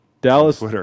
Dallas